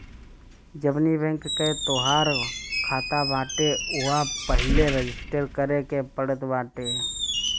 जवनी बैंक कअ तोहार खाता बाटे उहवा पहिले रजिस्टर करे के पड़त बाटे